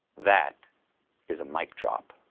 that is a mic drop.